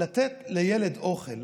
לתת לילד אוכל,